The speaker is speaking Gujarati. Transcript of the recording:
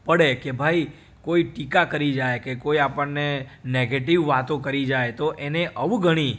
પડે કે ભાઈ કોઈ ટીકા કરી જાય કે કોઈ આપણને નેગેટિવ વાતો કરી જાય તો એને અવગણી